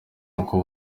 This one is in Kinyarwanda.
kuko